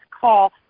call